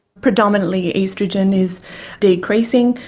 predominantly oestrogen is decreasing,